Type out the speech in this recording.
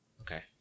Okay